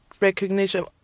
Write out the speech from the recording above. recognition